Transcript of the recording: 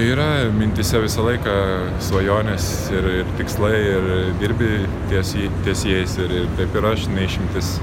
yra mintyse visą laiką svajonės ir ir tikslai ir dirbi tiesiai ties jais ir ir taip ir aš ne išimtis